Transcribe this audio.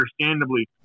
understandably